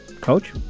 Coach